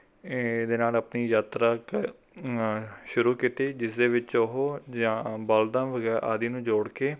ਇ ਇਹਦੇ ਨਾਲ ਆਪਣੀ ਯਾਤਰਾ ਕ ਸ਼ੁਰੂ ਕੀਤੀ ਜਿਸ ਦੇ ਵਿੱਚ ਉਹ ਜਾਂ ਬਲਦਾਂ ਵਗੈ ਆਦਿ ਨੂੰ ਜੋੜ ਕੇ